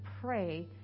pray